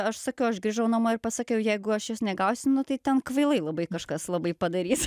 aš sakiau aš grįžau namo ir pasakiau jeigu aš jos negausiu nu tai ten kvailai labai kažkas labai padarys